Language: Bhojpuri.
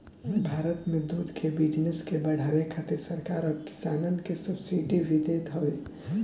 भारत में दूध के बिजनेस के बढ़ावे खातिर सरकार अब किसानन के सब्सिडी भी देत हवे